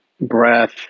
breath